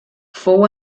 fou